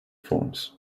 forms